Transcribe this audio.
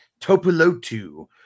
Topolotu